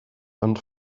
and